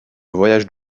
voyage